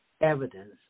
evidence